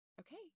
Okay